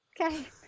okay